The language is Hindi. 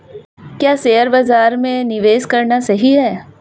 क्या शेयर बाज़ार में निवेश करना सही है?